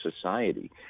society